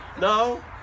No